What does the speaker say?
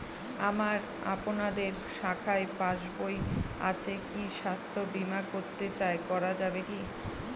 আমার আপনাদের শাখায় পাসবই আছে আমি স্বাস্থ্য বিমা করতে চাই করা যাবে কি?